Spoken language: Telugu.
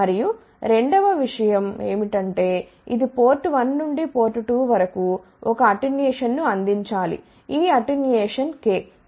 మరియు రెండవ విషయం ఏమిటంటే ఇది పోర్ట్ 1 నుండి పోర్ట్ 2 వరకు ఒక అటెన్యుయేషన్ను అందించాలిఈ అటెన్యుయేషన్ k